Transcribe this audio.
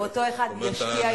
אותו אחד ישקיע יותר וישמור.